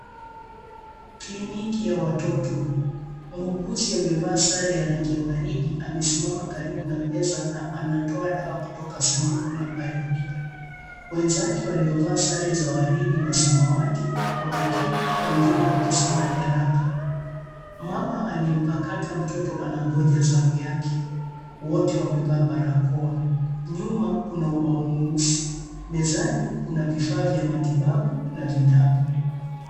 Kliniki ya watoto, muuguzi ame vaa sare ya rangi ya waridi amesimama karibu na meza na anatoa dawa katoka sanduku la baridi. Wenzake walio vaa sare za waridi na samawati wameketi, wengine wakisoma jaraka. Mama aliyempakata mtoto anangoja zamu yake, wote wamevaa barakoa , nyuma kuna ubao mweusi. Mezani kuna vifaa vya matibabu na vitabu.